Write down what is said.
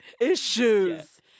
issues